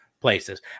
places